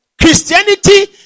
Christianity